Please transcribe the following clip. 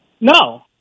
No